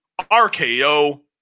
RKO